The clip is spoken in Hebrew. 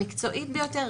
המקצועית ביותר,